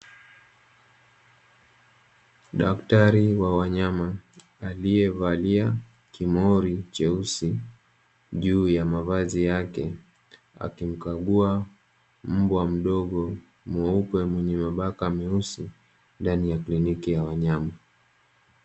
Daktari wa wanyama aliyevalia kimori cheusi juu ya mavazi yake, akimkagua mbwa mdogo mweupe mwenye mabaka meusi ndani ya kliniki ya wanyama.